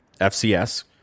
FCS